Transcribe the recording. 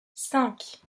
cinq